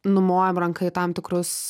numojam ranka į tam tikrus